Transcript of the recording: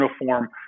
uniform